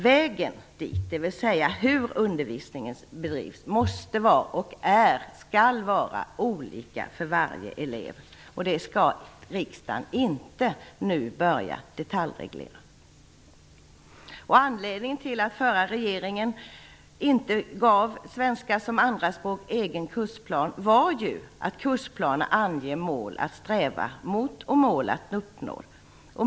Vägen dit, dvs. hur undervisningen bedrivs, är och måste vara olika för varje elev. Det skall riksdagen inte nu börja detaljreglera. Anledningen till att förra regeringen inte gav svenska som andraspråk egen kursplan var ju att kursplaner anger mål att sträva mot och mål att uppnå.